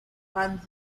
fans